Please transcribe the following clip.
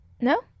no